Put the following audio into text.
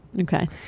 okay